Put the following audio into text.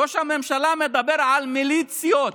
ראש הממשלה מדבר על מיליציות,